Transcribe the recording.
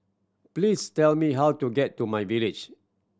please tell me how to get to myVillage